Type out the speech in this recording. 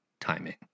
timing